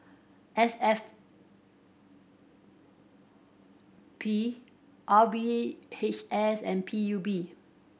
S F P R V H S and P U B